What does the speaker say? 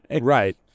Right